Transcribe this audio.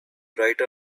writer